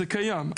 זה קיים,